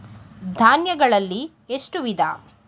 ಧಾನ್ಯಗಳಲ್ಲಿ ಎಷ್ಟು ವಿಧ?